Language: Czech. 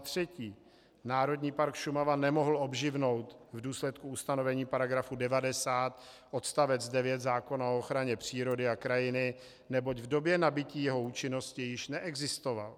3. Národní park Šumava nemohl obživnout v důsledku ustanovení § 90 odst. 9 zákona o ochraně přírody a krajiny, neboť v době nabytí jeho účinnosti již neexistoval.